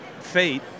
fate